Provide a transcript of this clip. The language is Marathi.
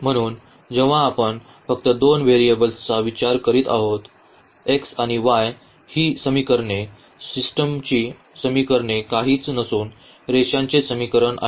म्हणून जेव्हा आपण फक्त दोन व्हेरिएबल्सचा विचार करीत आहोत x आणि y ही समीकरणे सिस्टमची समीकरणे काहीच नसून रेषांचे समीकरण आहेत